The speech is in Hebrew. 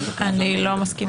אני לא מסכימה.